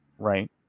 right